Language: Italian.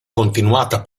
continuata